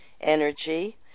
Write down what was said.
energy